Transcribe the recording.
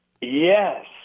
Yes